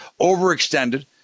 overextended